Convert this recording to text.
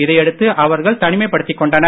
இதையடுத்து அவர்கள் தனிமைப்படுத்திக்கொண்டனர்